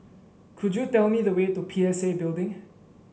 could you tell me the way to P S A Building